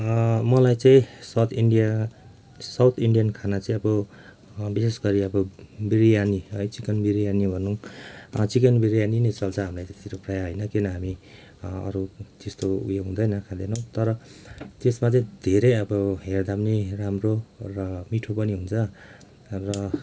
मलाई चाहिँ south India south Indian खाना चाहिँ अब विशेष गरी अब बिरियानी है चिकन बिरियानी भनौँ चिकन बिरियानी नै चल्छ हाम्रो यतातिर प्रायः होइन किन हामी अरू त्यस्तो उयो हुँदैन खाँदैनौँ तर त्यसमा चाहिँ धेरै अब हेर्दा पनि राम्रो र मिठो पनि हुन्छ र